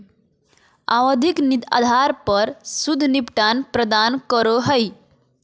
आवधिक आधार पर शुद्ध निपटान प्रदान करो हइ